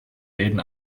läden